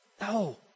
No